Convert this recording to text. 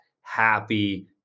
happy